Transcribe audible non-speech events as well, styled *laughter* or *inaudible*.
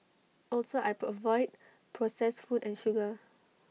also I *unintelligible* avoid processed food and sugar